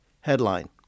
Headline